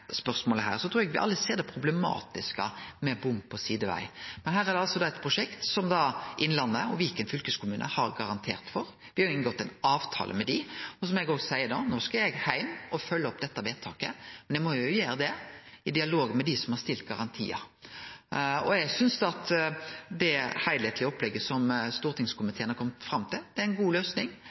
trur eg alle ser det problematiske i bom på sideveg. Her er det eit prosjekt som Innlandet og Viken fylkeskommune har garantert for. Me har inngått ein avtale med dei. Så må eg òg seie at no skal eg heim og følgje opp dette vedtaket, men eg må jo gjere det i dialog med dei som har stilt garantiane. Eg synest at det heilskaplege opplegget som stortingskomiteen har kome fram til, er ei god løysing.